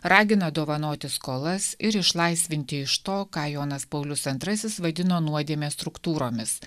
ragina dovanoti skolas ir išlaisvinti iš to ką jonas paulius antrasis vadino nuodėme struktūromis